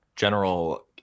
general